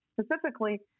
specifically